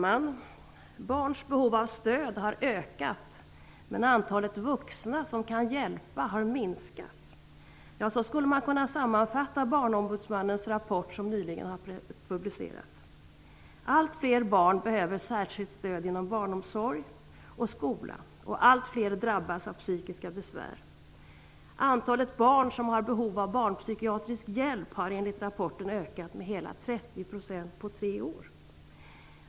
Herr talman! Barns behov av stöd har ökat, men antalet vuxna som kan hjälpa har minskat. Så skulle man kunna sammanfatta Barnombudsmannens rapport, som nyligen har publicerats. Allt fler barn behöver särskilt stöd inom barnomsorg och skola, och allt fler drabbas av psykiska besvär. Antalet barn som har behov av barnpsykiatrisk hjälp har enligt rapporten ökat med hela 30 % på tre år.